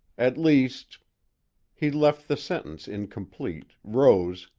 at least he left the sentence incomplete, rose,